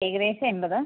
ഏകദേശം എൺപത്